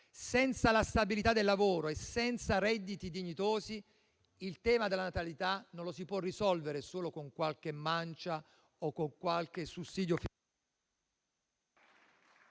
Senza la stabilità del lavoro e senza redditi dignitosi, il tema della natalità non lo si può risolvere solo con qualche mancia o con qualche sussidio.